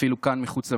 ואפילו כאן, מחוץ למשכן,